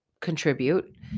contribute